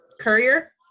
courier